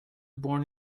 born